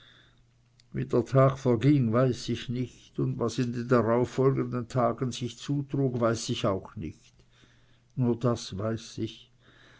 der tag verging weiß ich nicht und was in den darauffolgenden sich zutrug weiß ich auch nicht nur das weiß ich